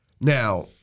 Now